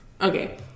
okay